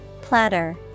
platter